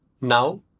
Now